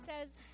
says